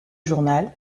journal